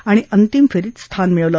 आणि अंतिम फेरीत स्थान मिळवलं